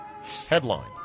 Headline